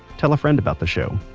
tell a friend about the show!